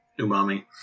Umami